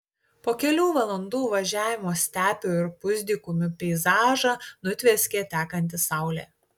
po kelių valandų važiavimo stepių ir pusdykumių peizažą nutvieskė tekanti saulė